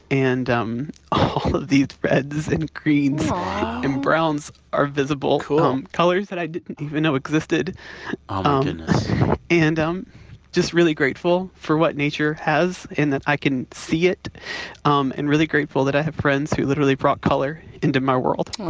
and um all of these reds and greens and browns are visible. cool. um colors that i didn't even know existed oh, my goodness and i'm um just really grateful for what nature has and that i can see it um and really grateful that i have friends who literally brought color into my world.